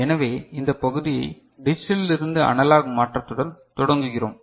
எனவே இந்த பகுதியை டிஜிட்டலிலிருந்து அனலாக் மாற்றத்துடன் தொடங்குகிறோம்